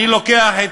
אני לוקח את